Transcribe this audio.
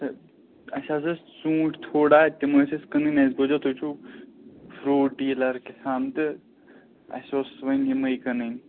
تہٕ اَسہِ حظ ٲسۍ ژوٗنٛٹھۍ تھوڑا تِم ٲسۍ اَسہِ کٕنٕنۍ اَسہِ بوزیو تُہۍ چھُو فرٛوٹ ڈیٖلَر کیٛاہ تھام تہٕ اَسہِ اوس وۄنۍ یِمَے کٕنٕنۍ